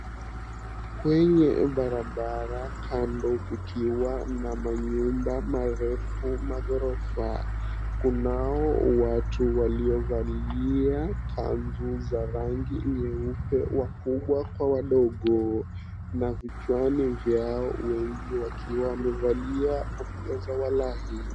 Kwenye barabara kando kukiwa na manyumba marefu maghorofa kunao watu waliovalia kanzu za rangi nyeupe wakubwa kwa wadogo na vichwani vyao wengi wakiwa wamevalia kofia za walai.